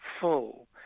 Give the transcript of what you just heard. full